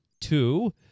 Two